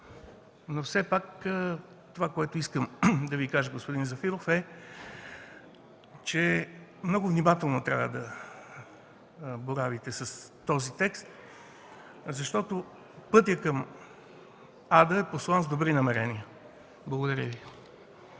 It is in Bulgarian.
Зафиров. Това, което искам да кажа, господин Зафиров е, че много внимателно трябва да боравите с този текст, защото пътят към ада е постлан с добри намерения. Благодаря Ви.